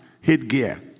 headgear